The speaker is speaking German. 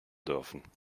dürfen